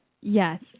Yes